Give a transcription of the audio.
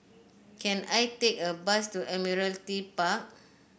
can I take a bus to Admiralty Park